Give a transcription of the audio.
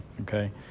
okay